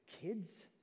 kids